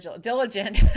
diligent